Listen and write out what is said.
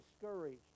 discouraged